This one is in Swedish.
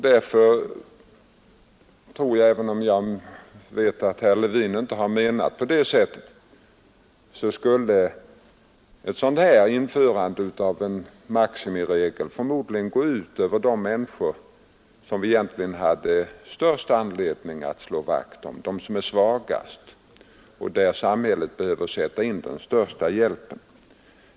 Därför tror jag, även om jag vet att herr Levin inte har menat så, att införande av en maximiregel förmodligen skulle gå ut över de människor, som vi egentligen har störst anledning att slå vakt om, nämligen de som är svagast. Det är där samhället behöver sätta in den största hjälpen.